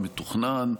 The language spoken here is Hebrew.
המתוכנן,